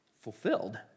Fulfilled